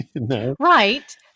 Right